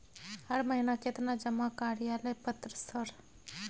हर महीना केतना जमा कार्यालय पत्र सर?